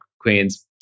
queens